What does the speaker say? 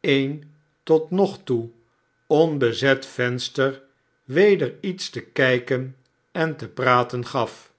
een tot nog toe onbezet venster w eder iets te kijken en te praten gaf